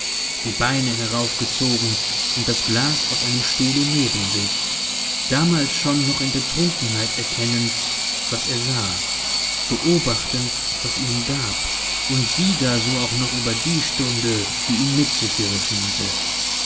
die beine heraufgezogen und das glas auf einem stuhle neben sich damals schon noch in der trunkenheit erkennend was er sah beobachtend was ihn umgab und sieger so auch noch über die stunde die ihn mit sich gerissen hatte